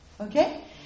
Okay